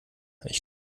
ich